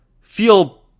feel